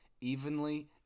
evenly